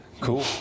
Cool